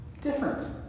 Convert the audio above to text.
different